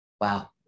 Wow